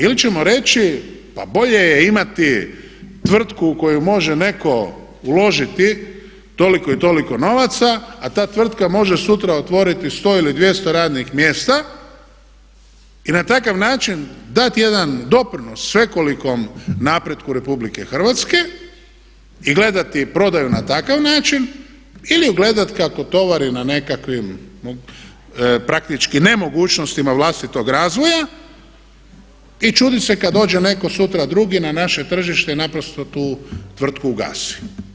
Ili ćemo reći pa bolje je imati tvrtku u koju može netko uložiti toliko i toliko novaca, a ta tvrtka može sutra otvoriti 100 ili 200 radnih mjesta i na takav način dati jedan doprinos svekolikom napretku Republike Hrvatske i gledati prodaju na takav način ili ju gledat kako tovari na nekakvim praktički nemogućnostima vlastitog razvoja i čudit se kad dođe netko sutra drugi na naše tržište i naprosto tu tvrtku ugasi.